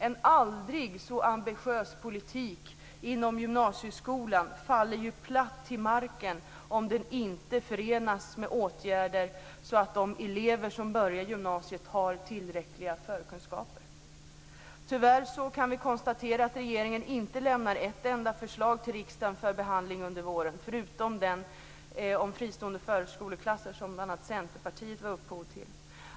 En aldrig så ambitiös politik inom gymnasieskolan faller ju platt till marken om den inte förenas med sådana åtgärder att de elever som börjar gymnasiet har tillräckliga förkunskaper. Tyvärr kan vi konstatera att regeringen inte lämnar ett enda förslag till riksdagen för behandling under våren, förutom det om fristående förskolklasser som bl.a. Centerpartiet är upphovsman till.